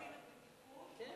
קצין הבטיחות, כן,